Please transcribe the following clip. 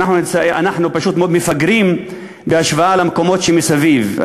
ואנחנו פשוט מאוד מפגרים בהשוואה למקומות שמסביב.